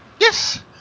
Yes